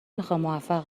میخوامموفق